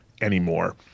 anymore